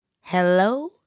Hello